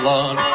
Lord